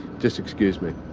just excuse me.